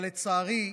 אבל לצערי,